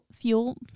fuel